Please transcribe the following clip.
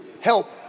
help